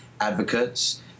advocates